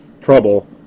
trouble